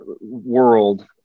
world